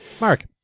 Mark